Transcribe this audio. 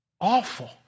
awful